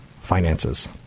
finances